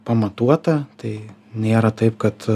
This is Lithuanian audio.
pamatuota tai nėra taip kad